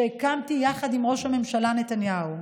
שהקמתי יחד עם ראש הממשלה נתניהו,